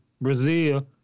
Brazil